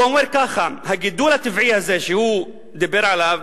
הוא אומר ככה: הגידול הטבעי הזה, שהוא דיבר עליו,